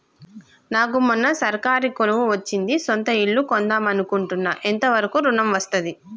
నాకు మొన్న సర్కారీ కొలువు వచ్చింది సొంత ఇల్లు కొన్దాం అనుకుంటున్నా ఎంత వరకు ఋణం వస్తది?